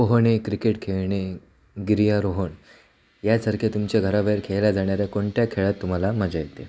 पोहणे क्रिकेट खेळणे गिर्यारोहण यासारख्या तुमच्या घराबाहेर खेळल्या जाणाऱ्या कोणत्याही खेळात तुम्हाला मजा येते